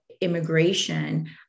immigration